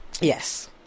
Yes